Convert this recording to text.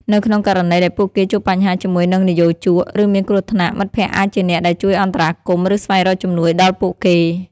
នៅក្នុងករណីដែលពួកគេជួបបញ្ហាជាមួយនិយោជក ឬមានគ្រោះថ្នាក់ មិត្តភក្តិអាចជាអ្នកដែលជួយអន្តរាគមន៍ ឬស្វែងរកជំនួយដល់ពួកគេ ។